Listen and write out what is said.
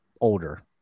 older